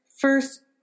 first